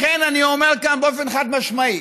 לכן אני אומר כאן באופן חד-משמעי: